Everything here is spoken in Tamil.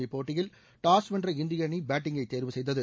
இப்போட்டியில் டாஸ் வென்ற இந்திய அணி பேட்டிங்கை தேர்வு செய்தது